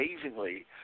amazingly